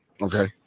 Okay